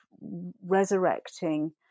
resurrecting